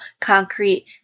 concrete